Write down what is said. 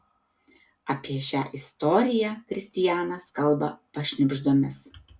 apie šią istoriją kristianas kalba pašnibždomis